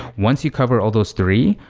once you cover all those three,